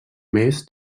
més